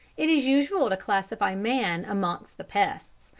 it is usual to classify man amongst the pests,